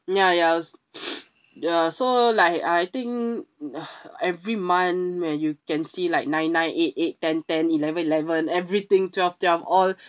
ya ya ya so like I think every month where you can see like nine nine eight eight ten ten eleven eleven everything twelve twelve all